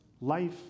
life